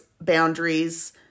boundaries